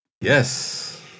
Yes